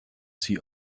sie